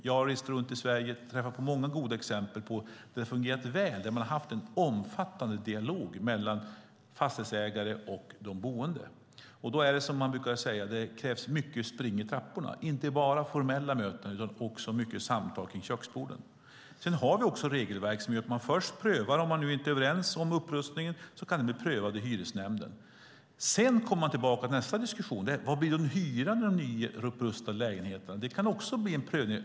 Jag har rest runt i Sverige och träffat på många goda exempel där det har fungerat väl och där man har haft en omfattande dialog mellan fastighetsägare och de boende. Som man brukar säga krävs det mycket spring i trapporna, inte bara formella möten utan också samtal kring köksborden. Vi har regelverk. Om man inte är överens om upprustningen kan man pröva det i hyresnämnden. Sedan kommer man tillbaka och har en nästa diskussion: Vad blir hyran i den nyupprustade lägenheten? Det kan också bli en prövning.